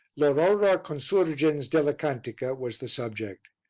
l'aurora consurgens della cantica was the subject.